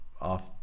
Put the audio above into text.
off